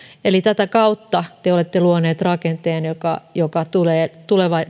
eli tätä kautta te te olette luoneet rakenteen joka tulee